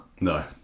No